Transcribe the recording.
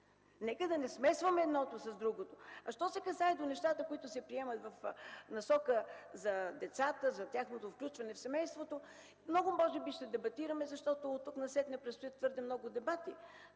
Нека да не смесваме едното с другото. Що се касае до нещата, които се приемат в насока за децата, за тяхното включване в семейството, много може би ще дебатираме, защото оттук насетне предстоят твърде много дебати.